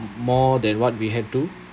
more than what we had to